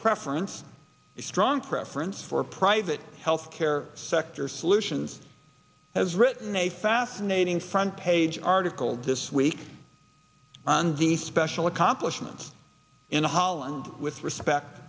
preference for strong preference for private health care sector solutions has written a fascinating front page article this week on the special accomplishments in holland with respect